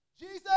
Jesus